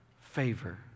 favor